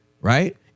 right